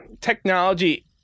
technology